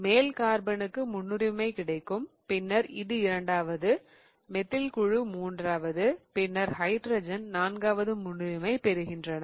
எனவே மேல் கார்பனுக்கு முன்னுரிமை கிடைக்கும் பின்னர் இது இரண்டாவது மெத்தில் குழு மூன்றாவது பின்னர் ஹைட்ரஜன் நான்காவது முன்னுரிமை பெறுகின்றன